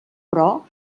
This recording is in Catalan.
però